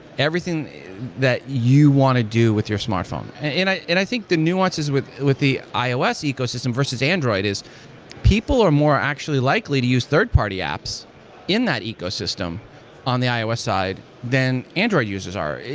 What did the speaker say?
everything that you want to do with your smart phone. and i and i think the nuances with with the ios ecosystem versus android is people are more actually likely to use third-party apps in that ecosystem on the ios side than android users are.